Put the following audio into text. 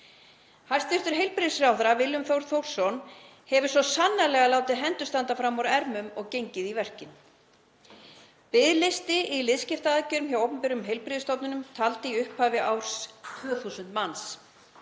Hæstv. heilbrigðisráðherra, Willum Þór Þórsson, hefur svo sannarlega látið hendur standa fram úr ermum og gengið í verkin. Biðlisti í liðskiptaaðgerðum hjá opinberum heilbrigðisstofnunum taldi í upphafi árs 2.000 manns.